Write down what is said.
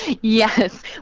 Yes